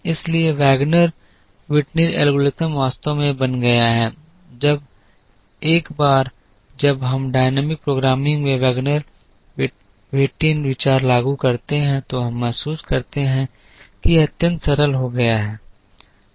इसलिए Wagner Whitin algorithm वास्तव में बन गया है एक बार जब हम डायनेमिक प्रोग्रामिंग में वैगनर व्हिटिन विचार लागू करते हैं तो हम महसूस करते हैं कि यह अत्यंत सरल हो गया है